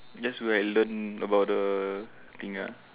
that's where I learn about the thing ah